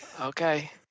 okay